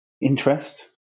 interest